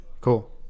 Cool